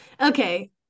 okay